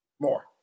More